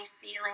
feeling